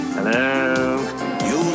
Hello